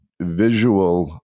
visual